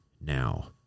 now